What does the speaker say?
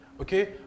okay